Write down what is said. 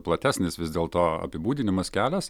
platesnis vis dėlto apibūdinimas kelias